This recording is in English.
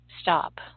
Stop